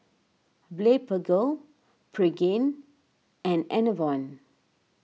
Blephagel Pregain and Enervon